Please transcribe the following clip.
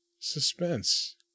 suspense